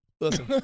Listen